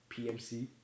PMC